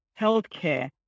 healthcare